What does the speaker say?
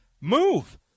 move